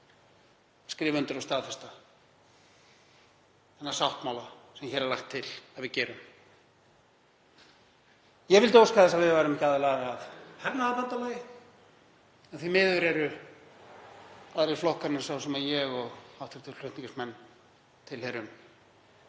skrifa undir og staðfesta þennan sáttmála eins og hér er lagt til að við gerum. Ég vildi óska þess að við værum ekki aðilar að hernaðarbandalagi, en því miður eru aðrir flokkar en sá sem ég og hv. flutningsmenn tilheyrum,